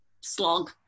slog